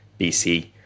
BC